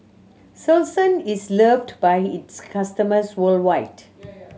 Selsun is loved by its customers worldwide